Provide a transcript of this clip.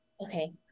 Okay